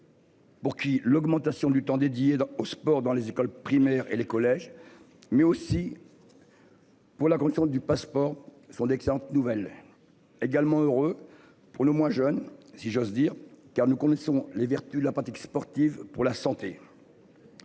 Pour qui l'augmentation du temps dédié au sport dans les écoles primaires et les collèges mais aussi. Pour la commission du passeport sont d'excellentes nouvelles également heureux pour le moins jeunes si j'ose dire car nous connaissons les vertus de la pratique sportive pour la santé.